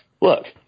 look